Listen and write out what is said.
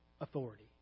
authority